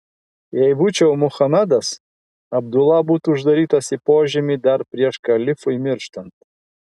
jei būčiau muhamedas abdula būtų uždarytas į požemį dar prieš kalifui mirštant